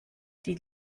die